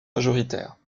majoritaires